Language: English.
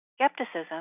Skepticism